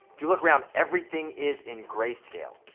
if you look around everything is in gray scale.